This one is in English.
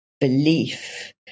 belief